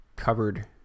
covered